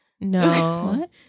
No